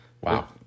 Wow